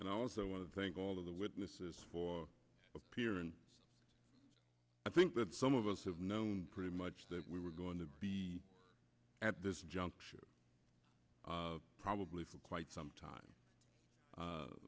and also i want to thank all of the witnesses for appearing i think that some of us have known pretty much that we were going to be at this juncture probably for quite some time